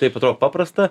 taip atrodo paprasta